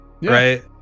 Right